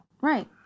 right